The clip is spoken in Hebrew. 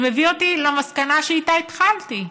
זה מביא אותי למסקנה שאיתה התחלתי: